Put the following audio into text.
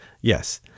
Yes